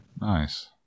Nice